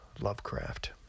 lovecraft